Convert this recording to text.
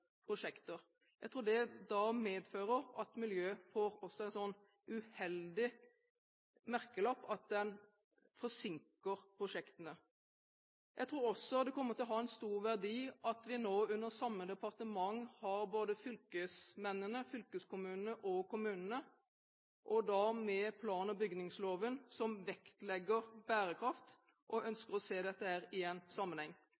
Jeg tror det da medfører at miljø også får en uheldig merkelapp som noe som forsinker prosjektene. Jeg tror også det kommer til å ha en stor verdi at vi nå under samme departement har både fylkesmennene, fylkeskommunene og kommunene, da med plan- og bygningsloven som vektlegger bærekraft, og vi ønsker å se dette i en sammenheng.